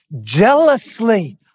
jealously